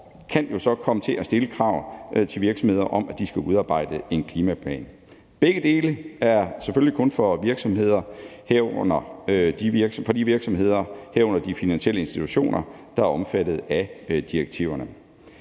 kan så komme til at stille krav til virksomheder om, at de skal udarbejde en klimaplan. Begge dele er selvfølgelig kun for de virksomheder, herunder de finansielle institutioner, der er omfattet af direktiverne.